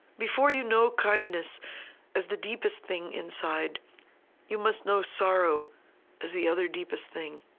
before you know kindness as the deepest thing inside you must know sorrow as the other deepest thing